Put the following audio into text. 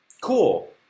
Cool